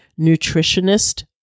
nutritionist